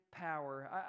power